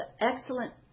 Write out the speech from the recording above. excellent